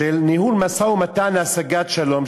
של ניהול משא-ומתן להשגת שלום,